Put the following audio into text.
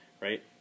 right